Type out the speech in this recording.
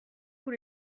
tous